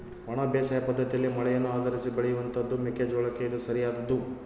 ಒಣ ಬೇಸಾಯ ಪದ್ದತಿಯಲ್ಲಿ ಮಳೆಯನ್ನು ಆಧರಿಸಿ ಬೆಳೆಯುವಂತಹದ್ದು ಮೆಕ್ಕೆ ಜೋಳಕ್ಕೆ ಇದು ಸರಿಯಾದದ್ದು